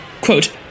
Quote